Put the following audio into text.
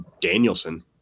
Danielson